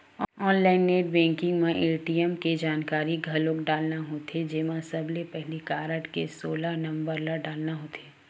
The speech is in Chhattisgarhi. ऑनलाईन नेट बेंकिंग म ए.टी.एम के जानकारी घलोक डालना होथे जेमा सबले पहिली कारड के सोलह नंबर ल डालना होथे